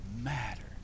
matter